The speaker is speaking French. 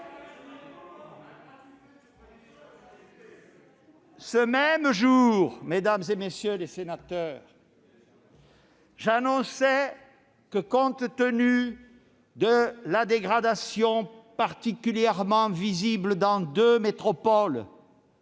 Ce même jour, mesdames, messieurs les sénateurs, j'annonçais que, compte tenu de la dégradation particulièrement visible dans deux métropoles,